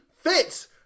fits